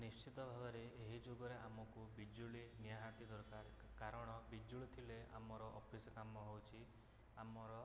ନିଶ୍ଚିତ ଭାବରେ ଏହି ଯୁଗରେ ଆମକୁ ବିଜୁଳି ନିହାତି ଦରକାର କାରଣ ବିଜୁଳି ଥିଲେ ଆମର ଅଫିସ କାମ ହଉଛି ଆମର